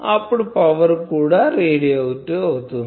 అప్పుడు పవర్ కూడా రేడియేట్ అవుతుంది